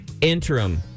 Interim